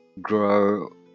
grow